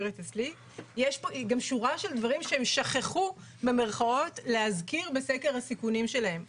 יש פה גם שורה של דברים שהם "שכחו" להזכיר בסקר הסיכונים שלהם.